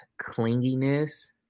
clinginess